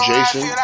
Jason